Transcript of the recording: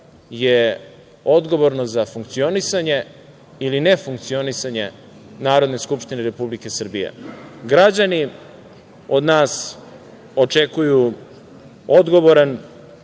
je odgovorno za funkcionisanje ili ne funkcionisanje Narodne skupštine Republike Srbije. Građani od nas očekuju odgovoran